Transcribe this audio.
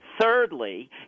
Thirdly